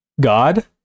God